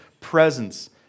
presence